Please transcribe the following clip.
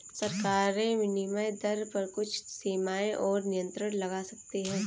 सरकारें विनिमय दर पर कुछ सीमाएँ और नियंत्रण लगा सकती हैं